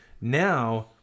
Now